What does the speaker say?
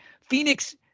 Phoenix